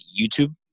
YouTube